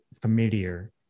familiar